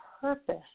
purpose